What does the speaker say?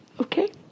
Okay